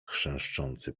chrzęszczący